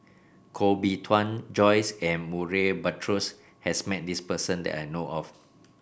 Koh Bee Tuan Joyce and Murray Buttrose has met this person that I know of